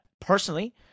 personally